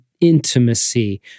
intimacy